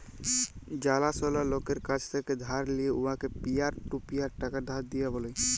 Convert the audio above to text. জালাশলা লকের কাছ থ্যাকে ধার লিঁয়ে উয়াকে পিয়ার টু পিয়ার টাকা ধার দিয়া ব্যলে